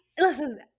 Listen